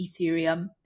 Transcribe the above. Ethereum